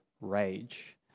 rage